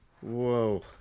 Whoa